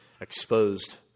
exposed